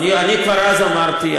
אני כבר אז אמרתי,